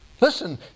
Listen